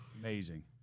Amazing